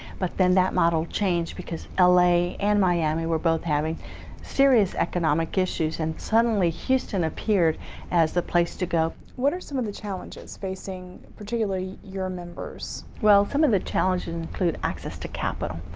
but then that model changed, because ah la and miami were both having serious economic issues, and suddenly houston appeared as the place to go. what are some of the challenges facing particularly your members? well, some of the challenges include access to capital.